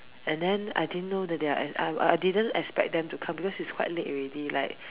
and then I didn't know that I I didn't expect them to come because its quite late already like